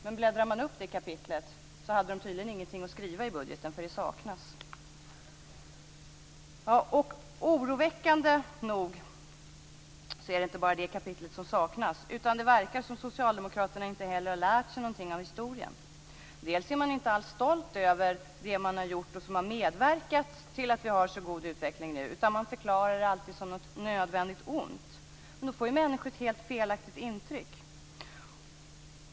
Men bläddrar man fram till det kapitlet så ser man att de tydligen inte hade någonting att skriva i budgeten, för det saknas. Oroväckande nog är det inte bara det kapitlet som saknas, utan det verkar också som om Socialdemokraterna inte har lärt sig någonting av historien. Dels är de inte alls stolta över det som de har gjort och som har medverkat till att vi har så god utveckling nu, utan de förklarar det alltid som något nödvändigt ont. Men då får ju människor ett helt felaktigt intryck.